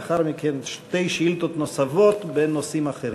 לאחר מכן, שתי שאילתות נוספות בנושאים אחרים.